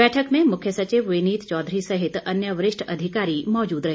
बैठक में मुख्य सचिव विनित चौधरी सहित अन्य वरिष्ठ अधिकारी मौजूद रहे